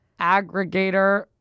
aggregator